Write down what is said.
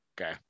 Okay